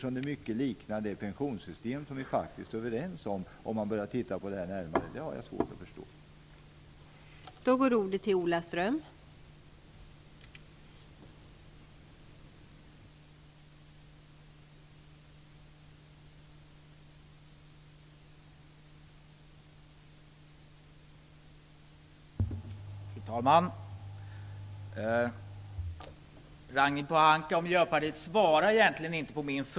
Om man tittar närmare på systemet ser man att det i mycket liknar det pensionssystem som vi ju faktiskt är överens om.